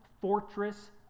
fortress